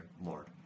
Lord